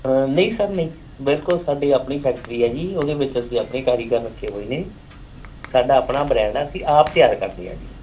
ਨਹੀਂ ਸਰ ਨਹੀਂ ਬਿਲਕੁਲ ਸਾਡੀ ਆਪਣੀ ਫੈਕਟਰੀ ਆ ਜੀ ਉਹਦੇ ਵਿੱਚ ਅਸੀਂ ਆਪਣੇ ਕਾਰੀਗਰ ਰੱਖੇ ਹੋਏ ਨੇ ਸਾਡਾ ਆਪਣਾ ਬ੍ਰੈਂਡ ਹੈ ਅਸੀਂ ਆਪ ਤਿਆਰ ਕਰਦੇ ਆ ਜੀ